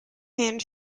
hand